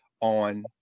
on